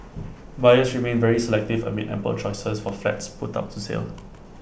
buyers remain very selective amid ample choices for flats put up to sale